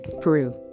Peru